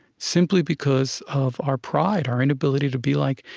simply because of our pride, our inability to be like,